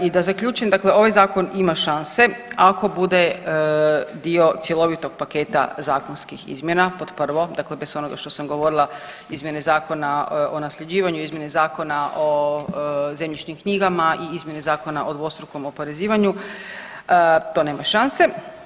I da zaključim, dakle ovaj zakon ima šanse ako bude dio cjelovitog paketa zakonskih izmjena, pod prvo dakle bez onoga što sam govorila izmjeni Zakona o nasljeđivanju, izmjeni Zakona o zemljišnim knjigama i izmjeni Zakona o dvostrukom oporezivanju, to nema šanse.